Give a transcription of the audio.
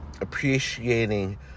appreciating